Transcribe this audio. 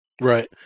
Right